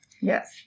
Yes